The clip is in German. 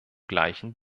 gleichen